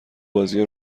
بازی